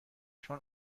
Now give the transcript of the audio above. چون